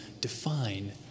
define